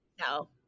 No